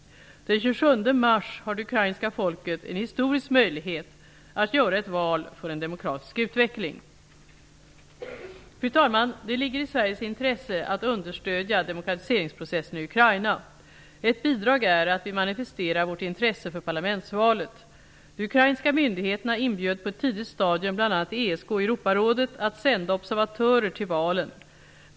Den 27 mars har det ukrainska folket en historisk möjlighet att göra ett val för en demokratisk utveckling. Fru talman! Det ligger i Sveriges intresse att understödja demokratiseringsprocessen i Ukraina. Ett bidrag är att vi manifesterar vårt intresse för parlamentsvalet. De ukrainska myndigheterna inbjöd på ett tidigt stadium bl.a. ESK och Europarådet att sända observatörer till valen.